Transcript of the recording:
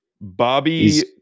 Bobby